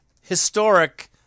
historic